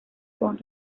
con